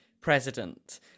president